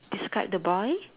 describe the boy